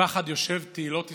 מפחד יושב תהילות ישראל,